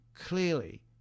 clearly